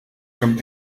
zum